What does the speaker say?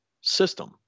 system